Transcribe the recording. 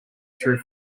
threw